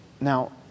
Now